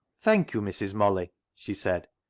thank you, mrs. molly, she said,